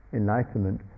enlightenment